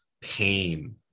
pain